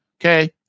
Okay